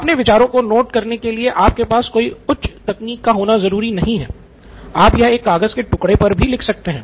अपने विचारों को नोट करने के लिए आपके पास कोई उच्च तकनीक का होना जरूरी नहीं है आप यह एक कागज़ के टुकड़े पर भी लिख सकते हैं